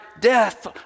death